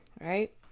right